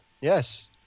Yes